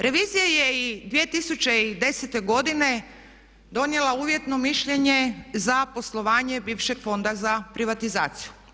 Revizija je i 2010. godine donijela uvjetno mišljenje za poslovanje bivšeg Fonda za privatizaciju.